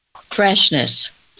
Freshness